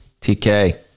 TK